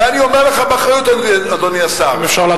ואני אומר לך באחריות, אדוני השר, אם אפשר לסיים.